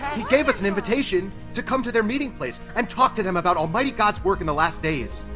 he gave us an invitation to come to their meeting place and talk to them about almighty god's work in the last days.